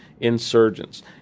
insurgents